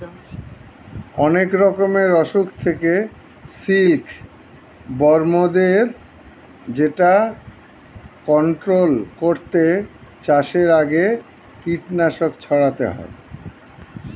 অনেক রকমের অসুখ থেকে সিল্ক বর্মদের যেটা কন্ট্রোল করতে চাষের আগে কীটনাশক ছড়াতে হয়